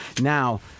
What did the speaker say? Now